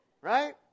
right